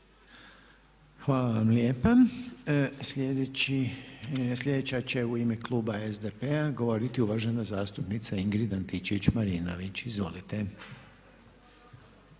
Hvala vam lijepa. Sljedeći će u ime kluba SDP-a govoriti uvaženi zastupnik Ivo Jelušić, izvolite.